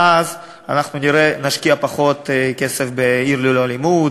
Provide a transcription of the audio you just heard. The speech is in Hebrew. ואז אנחנו נשקיע פחות כסף ב"עיר ללא אלימות",